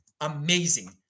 amazing